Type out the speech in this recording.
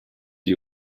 die